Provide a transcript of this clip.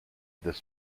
this